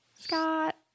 Scott